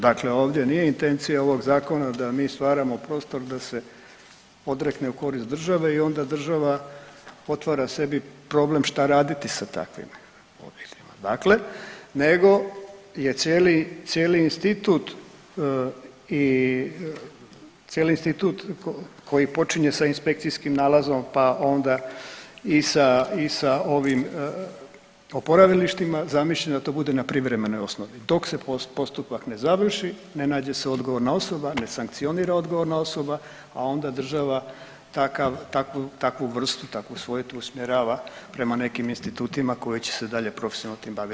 Dakle, ovdje nije intencija ovog zakona da mi stvaramo prostor da se odrekne u korist države i onda država otvara sebi problem šta raditi sa takvime … dakle, nego je cijeli, cijeli institut i cijeli institut koji počinje sa inspekcijskom nalazom pa onda i sa, i sa ovim oporavilištima zamišljen da to bude na privremenoj osnovi dok se postupak ne završi, ne nađe se odgovorna osoba, ne sankcionira odgovorna osoba, a onda država takav, takvu vrstu, takvu svojtu usmjerava prema nekim institutima koji će se dalje profesionalno tim baviti.